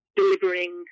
delivering